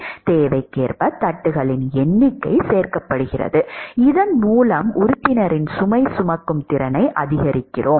எனவே தேவைக்கேற்ப தட்டுகளின் எண்ணிக்கை சேர்க்கப்படுகிறது இதன் மூலம் உறுப்பினரின் சுமை சுமக்கும் திறனை அதிகரிக்கிறோம்